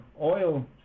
oil